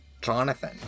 Jonathan